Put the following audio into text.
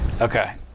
Okay